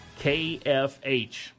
KFH